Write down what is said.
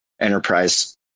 Enterprise